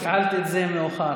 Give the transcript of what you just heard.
הפעלתי את זה מאוחר,